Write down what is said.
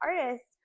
artists